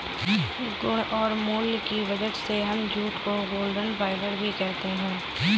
गुण और मूल्य की वजह से हम जूट को गोल्डन फाइबर भी कहते है